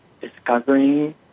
discovering